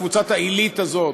קבוצת העילית הזאת,